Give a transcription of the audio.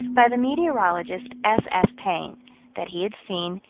by the meteorologist, f f. payne that he had seen,